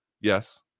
yes